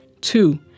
Two